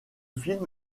film